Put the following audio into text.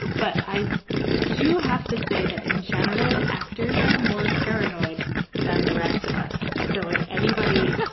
but i do have to say that, in general, actors are more paranoid than the rest of us. so if anybody.